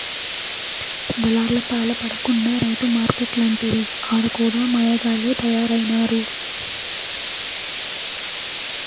దళార్లపాల పడకుండా రైతు మార్కెట్లంటిరి ఆడ కూడా మాయగాల్లె తయారైనారు